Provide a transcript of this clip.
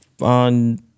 on